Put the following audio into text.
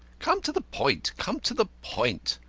come to the point, come to the point,